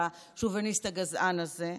לשוביניסט הגזען הזה.